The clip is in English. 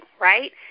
right